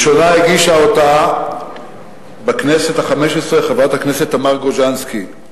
ראשונה הגישה אותה בכנסת החמש-עשרה חברת הכנסת תמר גוז'נסקי,